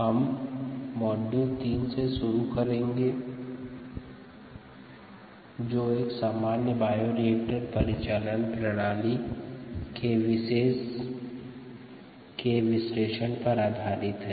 हम मॉड्यूल 3 शुरू करेंगे जो एक सामान्य बायोरिएक्टर परिचालन प्रणाली के विश्लेषण पर आधारित है